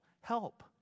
help